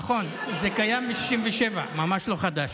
נכון, זה קיים מ-1967, ממש לא חדש.